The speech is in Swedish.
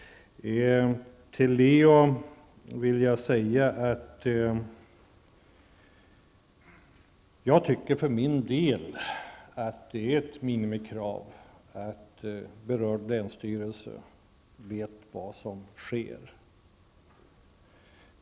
Jag anser det vara ett minimikrav, Leo Persson, att berörd länsstyrelse vet vad som sker.